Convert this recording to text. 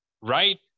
right